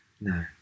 No